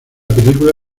película